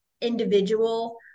individual